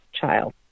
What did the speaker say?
child